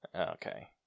Okay